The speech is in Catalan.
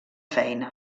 feina